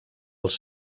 els